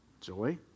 joy